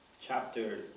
chapter